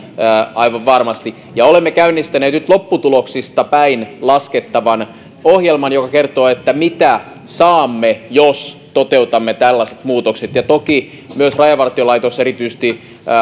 aivan varmasti ja olemme käynnistäneet nyt lopputuloksista päin laskettavan ohjelman joka kertoo mitä saamme jos toteutamme tällaiset muutokset toki myös se miten rajavartiolaitoksen resurssit turvataan erityisesti